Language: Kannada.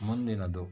ಮುಂದಿನದು